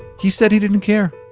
he said he didn't care.